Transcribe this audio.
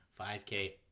5K